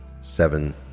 seven